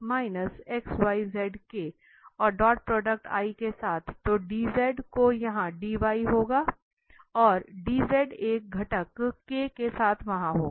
और dot product के साथ तो dx तो यहाँ dy होगा और dz एक घटक के साथ वहाँ होगा